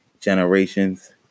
generations